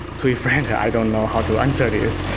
to be frank, i don't know how to answer this.